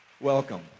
Welcome